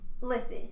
listen